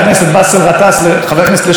והוא כבר הודיע שהוא יבקש הקלה בעונש,